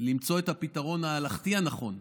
למצוא את הפתרון ההלכתי הנכון.